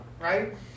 right